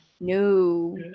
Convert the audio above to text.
No